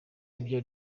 ibyo